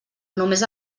només